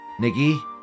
Niggy